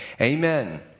Amen